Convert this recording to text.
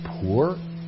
poor